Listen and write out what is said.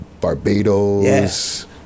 Barbados